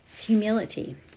Humility